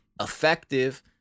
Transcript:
effective